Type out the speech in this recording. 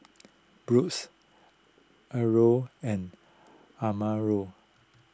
Broos Arnold and Amarion